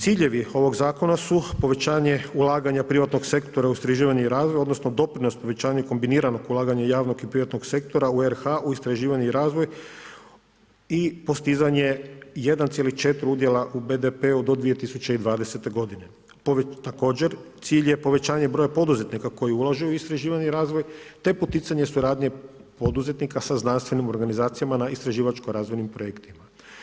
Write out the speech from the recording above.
Ciljevi ovoga zakona su povećanje ulaganja privatnog sektora u istraživanje razvoj odnosno doprinos povećanju kombiniranog ulaganja javnog i privatnog sektora u RH u istraživanje i razvoj i postizanje 1,4 udjela u BDP-u do 2020. g. Također, cilj je povećanje broja poduzetnika koji ulažu u istraživanje i razvoj te poticaje suradnje poduzetnika sa znanstvenim organizacijama na istraživačko-razvojnim projektima.